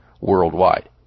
worldwide